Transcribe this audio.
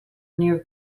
near